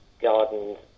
gardens